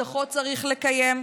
הבטחות צריך לקיים,